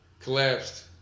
collapsed